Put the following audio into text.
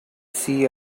see